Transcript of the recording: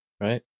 Right